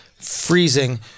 freezing